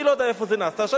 אני לא יודע איפה זה נעשה שם,